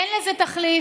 אין לזה תחליף.